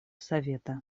совета